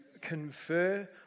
confer